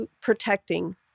protecting